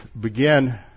begin